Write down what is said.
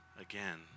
again